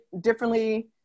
differently